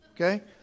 okay